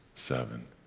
seven,